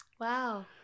Wow